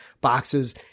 boxes